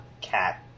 cat